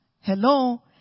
Hello